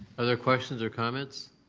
other questions or comments?